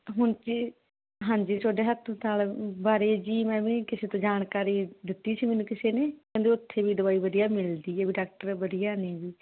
ਹੁਣ ਜੀ ਹਾਂਜੀ ਤੁਹਾਡੇ ਹਸਪਤਾਲ ਬਾਰੇ ਜੀ ਮੈਂ ਵੀ ਕਿਸੇ ਤੋਂ ਜਾਣਕਾਰੀ ਦਿੱਤੀ ਸੀ ਮੈਨੂੰ ਕਿਸੇ ਨੇ ਕਹਿੰਦੇ ਉੱਥੇ ਵੀ ਦਵਾਈ ਵਧੀਆ ਮਿਲਦੀ ਵਈ ਡਾਕਟਰ ਵਧੀਆ ਨੇ ਜੀ